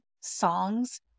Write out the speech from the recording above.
songs